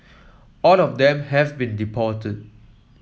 all of them have been deported